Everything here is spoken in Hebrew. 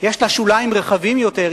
יש לה שוליים רחבים יותר,